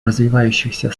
развивающихся